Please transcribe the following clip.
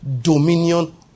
dominion